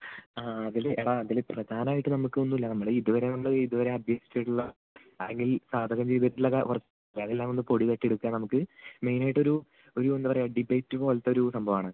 ആ അതിൽ എടാ അതിൽ പ്രധാനമായിട്ട് നമുക്കൊന്നും ഇല്ല നമ്മൾ ഈ ഇതുവരെ നമ്മൾ ഇതുവരെ അഭ്യസിച്ചിട്ടുള്ള അല്ലെങ്കിൽ സാധകം ചെയ്തിട്ടുള്ള വർക്ക് അതെല്ലാം പൊടി തട്ടി എടുക്കാം നമുക്ക് മെയിനായിട്ടൊരു ഒരു എന്താ പറയുക ഡിബേറ്റ് പോലെത്തൊരു സംഭവമാണ്